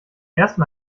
ersten